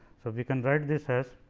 so, we can write this as